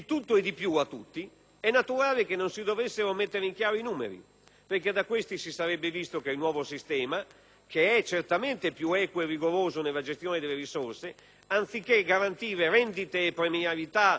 è naturale che non si dovessero mettere in chiaro i numeri. Da questi, infatti, si sarebbe visto che il nuovo sistema, che è certamente più equo e rigoroso nella gestione delle risorse, anziché garantire rendite e premialità a gogò,